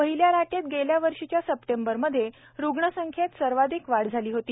पहिल्या लाटेत गेल्यावर्षीच्या सप्टेंबर मधे रुग्णसंख्येत सर्वाधिक वाढ झाली होती